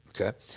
okay